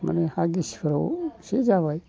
माने हा गिसिफ्राव एसे जाबाय